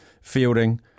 fielding